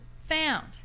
found